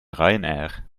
ryanair